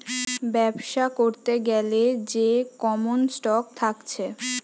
বেবসা করতে গ্যালে যে কমন স্টক থাকছে